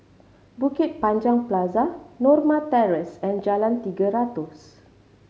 Bukit Panjang Plaza Norma Terrace and Jalan Tiga Ratus